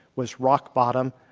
was rock-bottom.